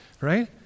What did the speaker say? Right